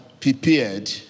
prepared